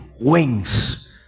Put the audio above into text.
wings